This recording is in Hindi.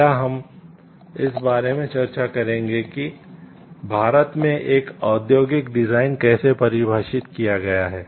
अगला हम इस बारे में चर्चा करेंगे कि भारत में एक औद्योगिक डिजाइन कैसे परिभाषित किया गया है